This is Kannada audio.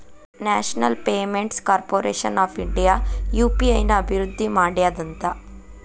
national payments corporation of India UPI ನ ಅಭಿವೃದ್ಧಿ ಮಾಡ್ಯಾದಂತ